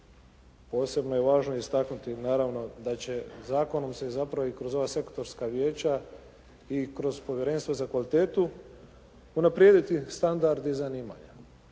Posebno je važno istaknuti naravno da će zakonom se zapravo i kroz ovaj sektorska vijeća i kroz povjerenstava za kvalitetu, unaprijediti standard i zanimanja.